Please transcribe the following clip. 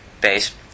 base